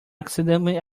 accidentally